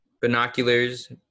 Binoculars